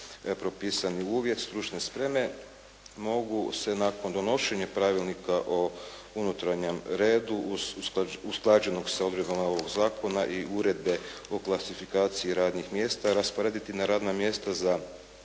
propisani uvjet stručne spreme, mogu se nakon donošenja Pravilnika o unutarnjem redu usklađenog s odredbama ovog zakona i uredbe o klasifikacijskih radnih mjesta rasporediti na radna mjesta za